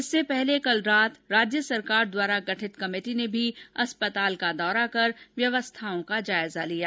इससे पहले कल रात राज्य सरकार द्वारा गठित कमेटी ने भी अस्पताल का दौरा कर व्यवस्थाओं का जायजा लिया